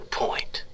point